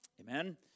Amen